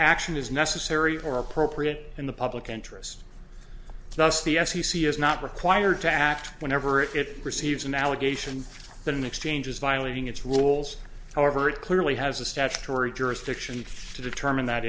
action is necessary or appropriate in the public interest thus the f c c is not required to act whenever it receives an allegation that in exchange is violating its rules however it clearly has a statutory jurisdiction to determine that